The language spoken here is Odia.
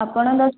ଆପଣଙ୍କ